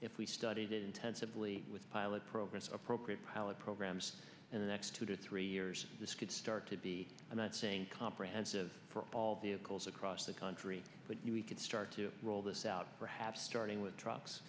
if we studied it intensively with pilot program appropriate pilot programs in the next two to three years this could start to be i'm not saying comprehensive for all the calls across the country but we could start to roll this out perhaps starting with trucks